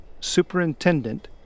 Superintendent